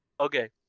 Okay